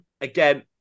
Again